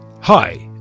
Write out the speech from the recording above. Hi